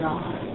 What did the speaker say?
God